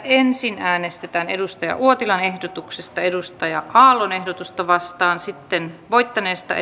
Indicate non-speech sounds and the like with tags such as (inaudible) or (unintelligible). ensin äänestetään lauri ihalaisen ehdotuksesta antero vartian ehdotusta vastaan sitten voittaneesta (unintelligible)